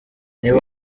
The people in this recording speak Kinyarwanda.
niba